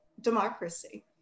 democracy